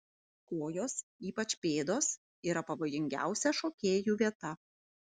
kojos ypač pėdos yra pavojingiausia šokėjų vieta